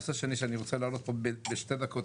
נושא שני שאני רוצה להעלות פה בשתי דקות,